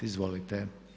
Izvolite.